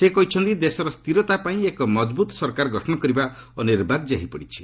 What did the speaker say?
ସେ କହିଛନ୍ତି ଦେଶର ସ୍ଥିରତା ପାଇଁ ଏକ ମଜବୁତ୍ ସରକାର ଗଠନ କରିବା ଅନିର୍ବାର୍ଯ୍ୟ ହୋଇପଡ଼ିଛି